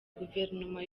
guverinoma